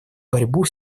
борьбу